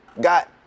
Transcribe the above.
got